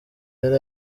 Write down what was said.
yari